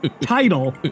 title